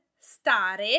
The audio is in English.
stare